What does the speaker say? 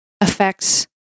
affects